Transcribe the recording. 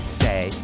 say